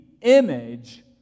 image